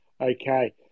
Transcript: Okay